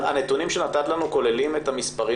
אבל הנתונים שנתת לנו כוללים את המספרים